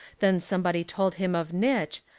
then somebody told him of nitch,